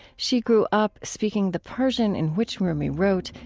she grew up speaking the persian in which rumi wrote,